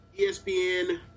ESPN